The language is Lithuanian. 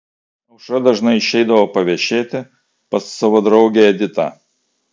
aušra dažnai išeidavo paviešėti pas savo draugę editą